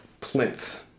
Plinth